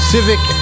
Civic